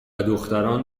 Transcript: دختران